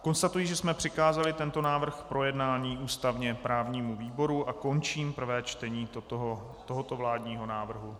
Konstatuji, že jsme přikázali tento návrh k projednání ústavněprávnímu výboru, a končím prvé čtení tohoto vládního návrhu.